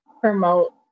promote